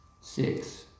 Six